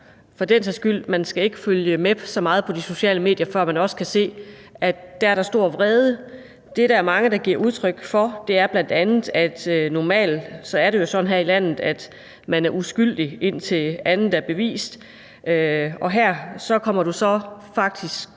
for den sags skyld ikke følge så meget med på de sociale medier for at se – at der er stor vrede. Det, der er mange, der giver udtryk for, er bl.a., at det jo normalt er sådan her i landet, at man er uskyldig, indtil andet er bevist, og her kommer du så faktisk